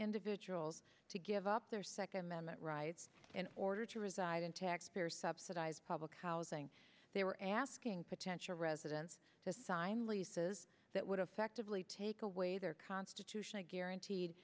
individuals to give up their second amendment rights in order to reside in taxpayer subsidized public housing they were asking potential residents to sign leases that would effectively take away their constitutional guaranteed